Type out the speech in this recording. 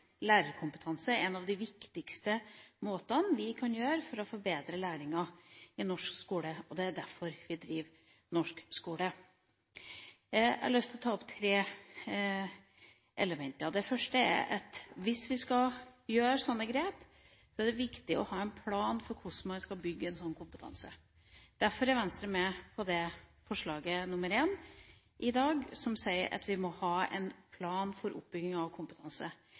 lærerkompetanse er noe av det viktigste vi kan gjøre for å forbedre læringa i norsk skole – og det er derfor vi driver norsk skole. Jeg har lyst til å ta opp tre elementer. Det første er at hvis vi skal gjøre grep, er det viktig å ha en plan for hvordan man skal bygge slik kompetanse. Derfor er Venstre med på forslag nr. 1 i dag, som sier at vi må ha en plan for oppbygginga av kompetanse.